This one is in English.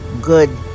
good